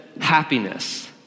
happiness